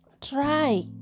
try